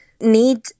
need